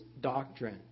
doctrine